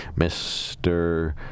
Mr